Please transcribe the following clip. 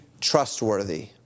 trustworthy